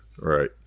Right